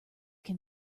can